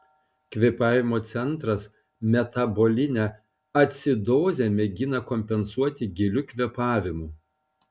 kvėpavimo centras metabolinę acidozę mėgina kompensuoti giliu kvėpavimu